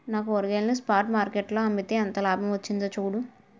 నా కూరగాయలను spot market లో అమ్మితే ఎంత లాభం వచ్చిందో చూడు